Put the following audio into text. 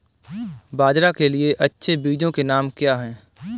बाजरा के लिए अच्छे बीजों के नाम क्या हैं?